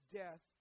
death